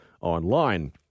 online